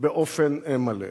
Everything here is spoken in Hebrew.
באופן מלא.